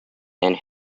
and